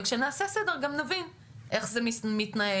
וכשנעשה סדר גם נבין איך זה מתנהל,